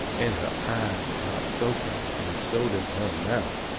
and her eyes pops open, and so does her mouth,